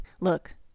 Look